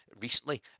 recently